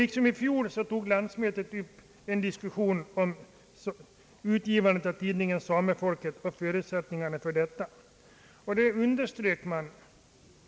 Liksom i fjol tog landsmötet upp en diskussion om förutsättningarna för tidningens utgivning.